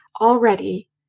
already